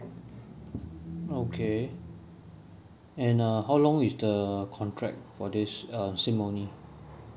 okay and uh how long is the contract for this um SIM only